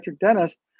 dentist